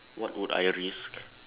what would I risk